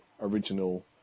original